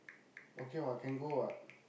okay what can go what